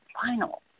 final